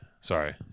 Sorry